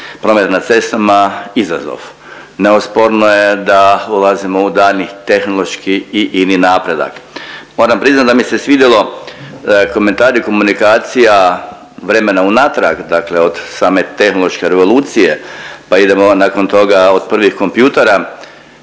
prometa na cestama izazov, neosporno je da ulazimo u daljnji tehnološki i ini napredak. Moram priznat da mi se svidjelo komentari i komunikacija vremena unatrag, dakle od same tehnološke revolucije, pa idemo nakon toga od prvih kompjutera.